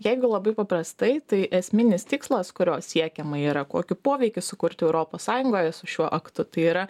jeigu labai paprastai tai esminis tikslas kurio siekiama yra kokį poveikį sukurti europos sąjungoje su šiuo aktu tai yra